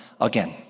again